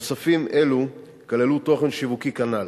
מוספים אלו כללו תוכן שיווקי כנ"ל.